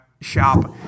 shop